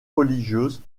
religieuse